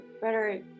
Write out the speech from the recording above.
better